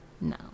No